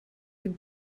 dem